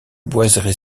boiseries